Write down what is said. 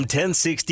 1060